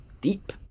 deep